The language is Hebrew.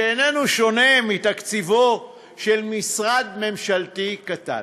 וזה איננו שונה מתקציבו של משרד ממשלתי קטן.